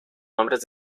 nombres